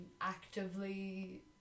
actively